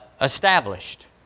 established